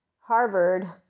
Harvard